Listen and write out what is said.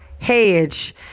hedge